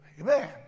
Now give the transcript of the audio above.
Amen